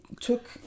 took